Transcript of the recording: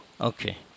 Okay